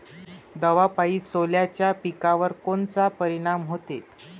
दवापायी सोल्याच्या पिकावर कोनचा परिनाम व्हते?